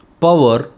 power